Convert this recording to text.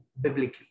biblically